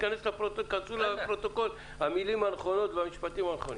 שיכנסו לפרוטוקול המילים הנכונות והמשפטים הנכונים.